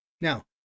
Now